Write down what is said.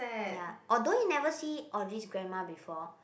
ya although he never see Audrey's grandma before